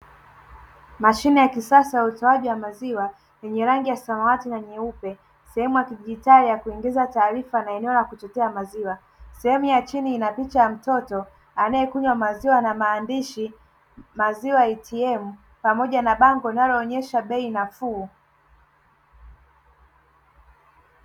Mashine ya kisasa ya utoaji wa maziwa yenye rangi ya samawati na nyeupe, sehemu ya kidigitali ya kuingiza taarifa na endeo la kuchukua maziwa, sehemu ya chini ina picha ya mtoto anayekunywa maziwa na maandishi "maziwa ATM", pamoja na bango linaloonyesha bei nafuu.